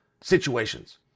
situations